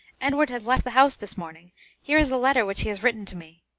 edward has left the house this morning here is a letter which he has written to me.